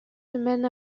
semaines